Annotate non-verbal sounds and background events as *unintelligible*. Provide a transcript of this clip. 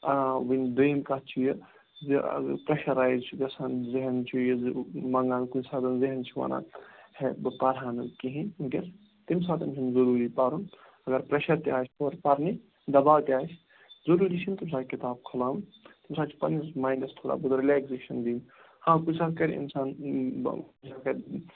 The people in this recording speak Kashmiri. آ ؤنۍ دۄیِم کَتھ چھِ یہِ زِ پریشَر رایِز چھِ گژھان زہن چھِ یہِ منگان کُنہِ ساتہٕ زہن چھِ وَنان ہے بہٕ پَرٕ ہہ نہٕ کِہیٖنۍ تہِ تٔمۍ ساتَن چھُنہٕ ضُروٗری پَرُن اَگر پریشَر تہِ آسہِ ہورٕ پرنُک دباو تہِ آسہِ ضُروٗری چھِنہٕ تٔمۍ ساتہٕ کِتاب کھلاوٕنۍ تٔمۍ ساتہٕ چھِ پَنٛنِس ماینڈَس تھوڑا رِلیٚکزیشَن دِنۍ ہاں کُنہِ ساتہٕ کَرِ اِنسان *unintelligible* کرِ